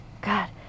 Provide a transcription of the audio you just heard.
God